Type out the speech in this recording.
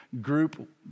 group